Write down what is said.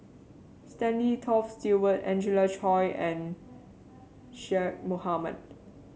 Stanley Toft Stewart Angelina Choy and Zaqy Mohamad